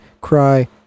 cry